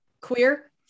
queer